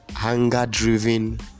anger-driven